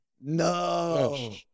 No